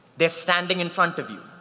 they're standing in front of you.